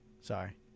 Sorry